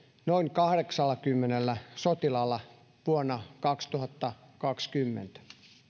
noin kahdeksallakymmenellä sotilaalla vuonna kaksituhattakaksikymmentä